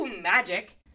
magic